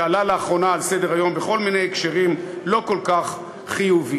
שעלה לאחרונה על סדר-היום בכל מיני הקשרים לא כל כך חיוביים,